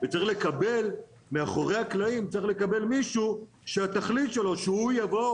וצריך לקבל מאחורי הקלעים מישהו שהתכלית שלו שהוא יבוא,